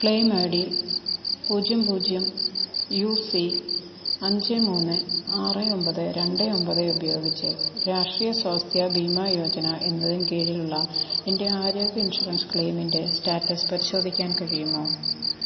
claim I D പൂജ്യം പൂജ്യം U C അഞ്ച് മൂന്ന് ആറ് ഒമ്പത് രണ്ട് ഒമ്പത് ഉപയോഗിച്ച് രാഷ്ട്രീയ സ്വാസ്ഥ്യ ബീമാ യോജന എന്നതിന് കീഴിലുള്ള എൻ്റെ ആരോഗ്യ ഇൻഷുറൻസ് ക്ലെയിമിൻ്റെ സ്റ്റാറ്റസ് പരിശോധിക്കാൻ കഴിയുമോ